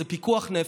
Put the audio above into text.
זה פיקוח נפש,